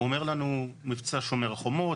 הוא אומר לנו מבצע שומר חומות,